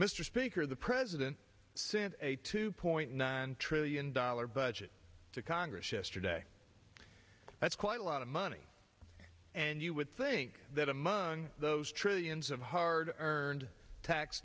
mr speaker the president sent a two point nine trillion dollars budget to congress yesterday that's quite a lot of money and you would think that among those trillions of hard earned tax